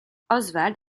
oswald